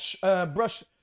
brush